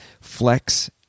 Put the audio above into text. Flex